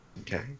Okay